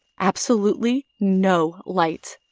absolutely no light,